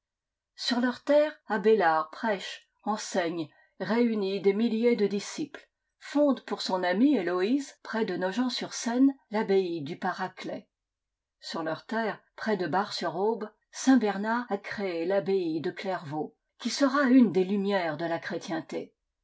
sur leurs terres abélard prêche enseigne réunit des milliers de disciples fonde pour son amie héloïse près de nogent sur seine l'abbaye du paraclet sur leurs terres près de bar suraube saint-bernard a créé l'abbaye de clairvaux qui sera une des lumières de la chrétienté